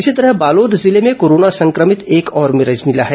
इसी तरह बालोद जिले में कोरोना संक्रमित एक और मरीज मिला है